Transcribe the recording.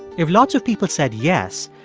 if lots of people said yes,